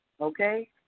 Okay